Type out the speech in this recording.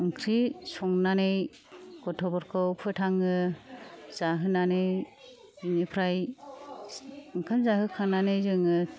ओंख्रि संनानै गथ'फोरखौ फोथाङो जाहोनानै बिनिफ्राय ओंखाम जाहोखांनानै जोङो